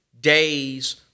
day's